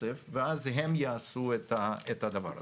בוא נשאיר להם כסף ואז הם יעשו את הדבר הזה.